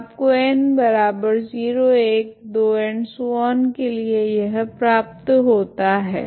आपको n012 के लिए यह प्राप्त होता है